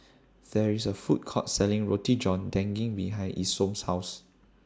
There IS A Food Court Selling Roti John Daging behind Isom's House